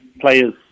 players